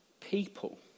people